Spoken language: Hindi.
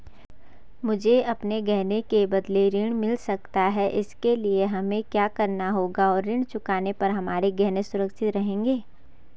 मुझे अपने गहने के बदलें ऋण मिल सकता है इसके लिए हमें क्या करना होगा और ऋण चुकाने पर हमारे गहने सुरक्षित रहेंगे?